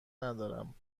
ندارم